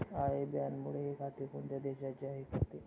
I बॅनमुळे हे खाते कोणत्या देशाचे आहे हे कळते